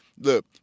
Look